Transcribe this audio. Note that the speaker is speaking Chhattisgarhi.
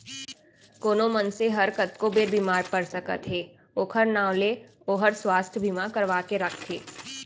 कोनो मनसे हर कतको बेर बीमार पड़ सकत हे ओकर नांव ले के ओहर सुवास्थ बीमा करवा के राखथे